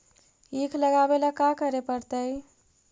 ईख लगावे ला का का करे पड़तैई?